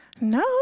no